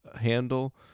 handle